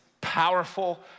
powerful